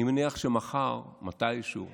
אני מניח שמחר, מתישהו,